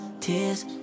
tears